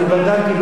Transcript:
אני בדקתי.